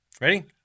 Ready